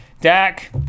Dak